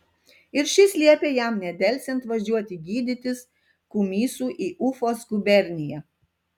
ir šis liepė jam nedelsiant važiuoti gydytis kumysu į ufos guberniją